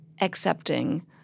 accepting